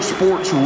Sports